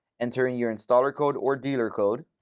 enter in your installer code or dealer code.